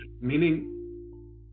meaning